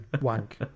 wank